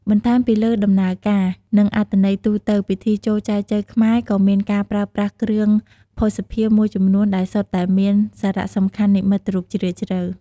បន្ថែមពីលើដំណើរការ និងអត្ថន័យទូទៅ ពិធីចូលចែចូវខ្មែរក៏មានការប្រើប្រាស់ គ្រឿងភស្តុភារ មួយចំនួនដែលសុទ្ធតែមាន សារៈសំខាន់និមិត្តរូប ជ្រាលជ្រៅ។